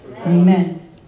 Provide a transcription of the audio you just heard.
Amen